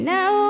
Now